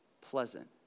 pleasant